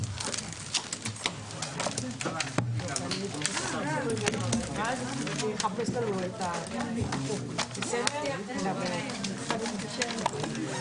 14:10.